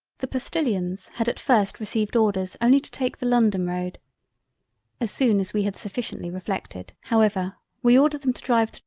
the postilions had at first received orders only to take the london road as soon as we had sufficiently reflected however, we ordered them to drive to